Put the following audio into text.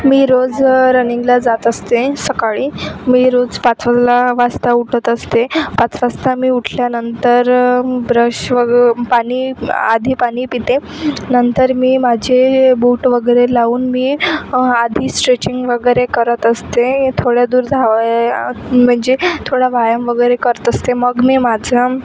मी रोज रनिंगला जात असते सकाळी मी रोज पाचला वाजता उठत असते पाच वाजता मी उठल्यानंतर ब्रश वगैरे पाणी आधी पाणी पिते नंतर मी माझे बूट वगैरे लावून मी आधी स्ट्रेचिंग वगैरे करत असते थोडं दूर धावायला म्हणजे थोडा व्यायाम वगैरे करत असते मग मी माझं